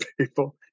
people